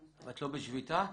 את לא בשביתה?